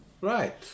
Right